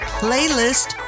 playlist